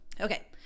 Okay